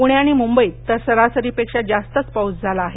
पुणे आणि मुंबईत तर सरासरीपेक्षा जास्तच पाऊस झाला आहे